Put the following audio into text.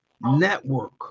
network